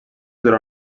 durà